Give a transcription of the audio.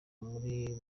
muri